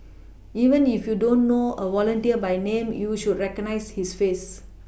even if you don't know a volunteer by name you should recognise his face